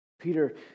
Peter